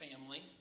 family